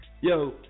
Yo